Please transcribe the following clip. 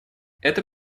это